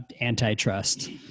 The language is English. antitrust